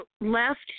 left